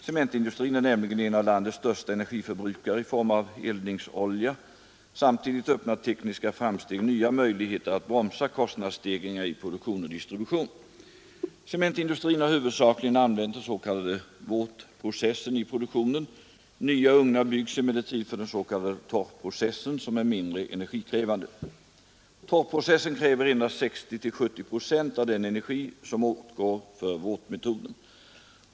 Cementindustrin är nämligen en av landets största förbrukare av energi i form av eldningsolja. Samtidigt öppnar tekniska framsteg nya möjligheter att bromsa kostnadsstegringar i produktion och distribution. Cementindustrin har huvudsakligen använt den s.k. våtprocessen i produktionen. Nya ugnar byggs emellertid för den s.k. torrprocessen som är mindre energikrävande. Torrprocessen kräver endast 60—70 procent av den energi som åtgår för våtmetoden.